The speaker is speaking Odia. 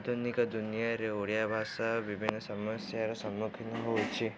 ଆଧୁନିକ ଦୁନିଆରେ ଓଡ଼ିଆ ଭାଷା ବିଭିନ୍ନ ସମସ୍ୟାର ସମ୍ମୁଖୀନ ହେଉଛି